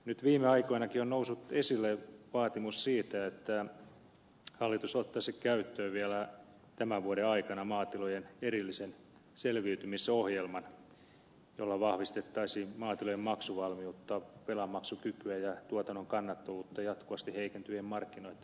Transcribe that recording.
nyt viime aikoinakin on noussut esille vaatimus siitä että hallitus ottaisi käyttöön vielä tämän vuoden aikana maatilojen erillisen selviytymisohjelman jolla vahvistettaisiin maatilojen maksuvalmiutta velanmaksukykyä ja tuotannon kannattavuutta jatkuvasti heikentyvien markkinoiden paineessa